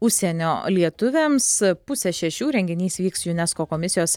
užsienio lietuviams pusę šešių renginys vyks junesko komisijos